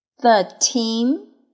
thirteen